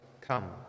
Come